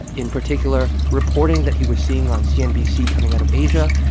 ah in particular reporting that he was seeing on cnbc coming out of asia,